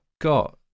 got